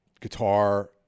guitar